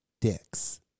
dicks